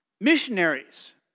Missionaries